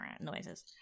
Noises